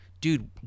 dude